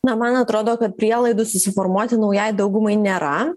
na man atrodo kad prielaidų susiformuoti naujai daugumai nėra